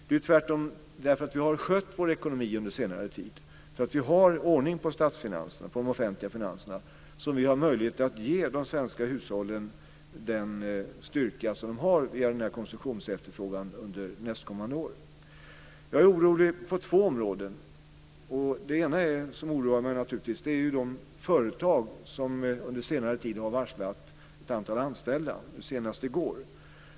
Det är tvärtom för att vi har skött vår ekonomi under senare tid, för att vi har ordning på de offentliga finanserna, som vi har möjlighet att ge de svenska hushållen den styrka de har via konsumtionsefterfrågan under nästkommande år. Jag är orolig på två områden. Det ena som oroar mig är de företag som under senare tid har varslat ett antal anställda, nu senast i går.